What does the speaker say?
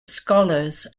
scholars